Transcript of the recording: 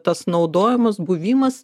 tas naudojimas buvimas